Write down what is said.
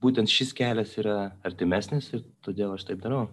būtent šis kelias yra artimesnis ir todėl aš taip darau